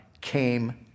came